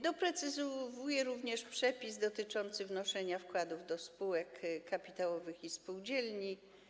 Doprecyzowuje również przepis dotyczący wnoszenia wkładów do spółek kapitałowych i spółdzielni.